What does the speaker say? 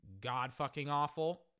god-fucking-awful